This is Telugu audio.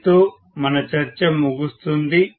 దీనితో మన చర్చ ముగుస్తుంది